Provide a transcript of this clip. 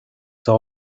遭遇